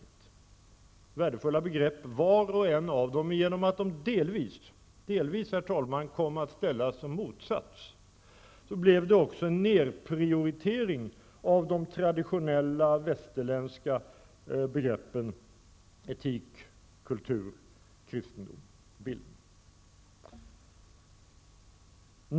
De är värdefulla begrepp vart och ett av dem, men genom att de delvis, herr talman, kom att ställas som motsatser blev det också en nedprioritering av de traditionella västerländska begreppen etik, kultur, kristendom och bildning.